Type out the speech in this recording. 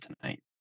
tonight